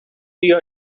your